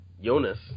Jonas